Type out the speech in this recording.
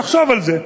תחשוב על זה: